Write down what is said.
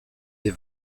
des